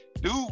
dude